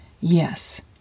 yes